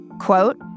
quote